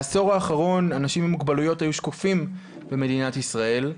בעשור האחרון אנשים עם מוגבלויות היו שקופים במדינת ישראל.